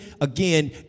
again